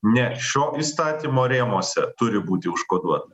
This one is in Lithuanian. ne šio įstatymo rėmuose turi būti užkoduota